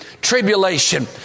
tribulation